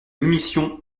munition